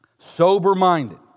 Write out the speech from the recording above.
Sober-minded